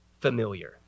familiar